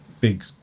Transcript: big